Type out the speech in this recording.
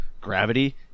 gravity